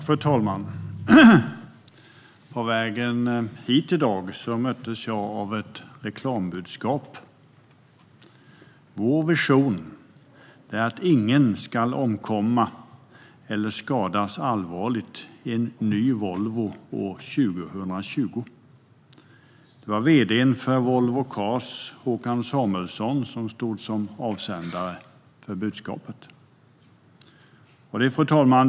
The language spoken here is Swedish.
Fru talman! På vägen hit i dag möttes jag av ett reklambudskap: Vår vision är att ingen ska omkomma eller skadas allvarligt i en ny Volvo år 2020. Det var vd:n för Volvo Cars, Håkan Samuelsson, som stod som avsändare för budskapet. Fru talman!